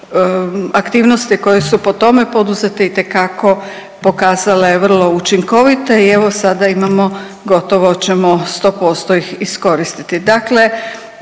aktivnosti koje su po tome poduzeti itekako pokazale vrlo učinkovite i evo, sada imamo, gotovo ćemo 100% ih iskoristiti. Dakle